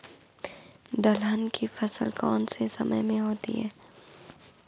दलहन की फसल कौन से समय में होती है?